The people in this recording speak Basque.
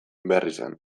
berrizen